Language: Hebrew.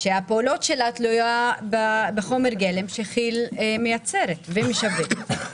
שהפעולות שלה תלויות בחומר גלם שכי"ל מייצרת ומשווקת.